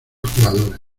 jugadores